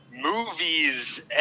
movies